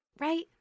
Right